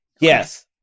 Yes